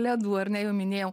ledų ar ne jau minėjau